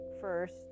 first